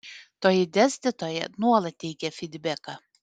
toji dėstytoja nuolat teikia fydbeką